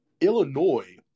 Illinois